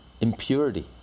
impurity